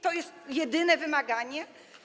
To jest jedyne wymaganie?